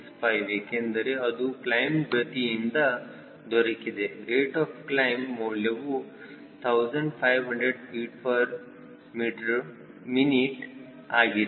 465 ಏಕೆಂದರೆ ಅದು ಕ್ಲೈಮ್ ಗತಿಯಿಂದ ದೊರಕಿದೆ ರೇಟ್ ಆಫ್ ಕ್ಲೈಮ್ ಮೌಲ್ಯವು 1500 ftmin ಆಗಿದೆ